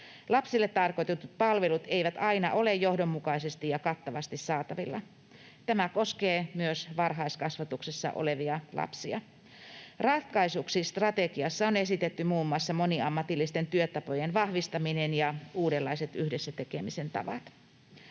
Lapsille tarkoitetut palvelut eivät aina ole johdonmukaisesti ja kattavasti saatavilla. Tämä koskee myös varhaiskasvatuksessa olevia lapsia. Ratkaisuksi strategiassa on esitetty muun muassa moniammatillisten työtapojen vahvistaminen ja uudenlaiset yhdessä tekemisen tavat.